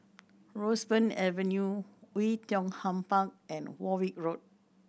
Roseburn Avenue Oei Tiong Ham Park and Warwick Road